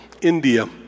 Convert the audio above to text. India